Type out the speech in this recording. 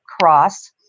cross